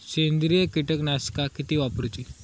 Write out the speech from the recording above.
सेंद्रिय कीटकनाशका किती वापरूची?